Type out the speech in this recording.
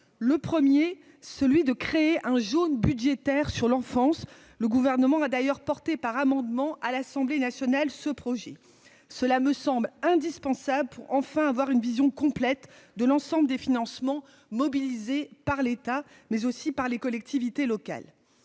: le 1er celui de créer un jaune budgétaire sur l'enfance, le gouvernement a d'ailleurs porté par amendement à l'Assemblée Nationale ce projet, cela me semble indispensable pour enfin avoir une vision complète de l'ensemble des financements mobilisés par l'État mais aussi par les collectivités locales,